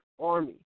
Army